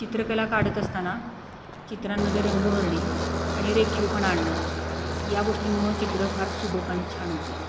चित्रकला काढत असताना चित्रांमध्ये रंग भरणे आणि रेखीवपणा आणणं या गोष्टींमुळं चित्र फार सुबक आणि छान होते